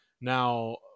now